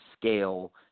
scale